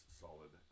solid